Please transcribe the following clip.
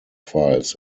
files